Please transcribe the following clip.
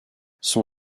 son